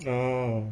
orh